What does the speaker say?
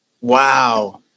Wow